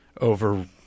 over